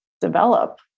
develop